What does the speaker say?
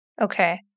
Okay